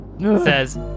says